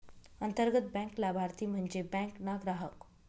अंतर्गत बँक लाभारती म्हन्जे बँक ना ग्राहक